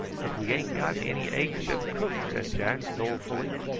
but we ain't got any eggs to cook, said jack dolefully.